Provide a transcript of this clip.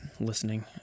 listening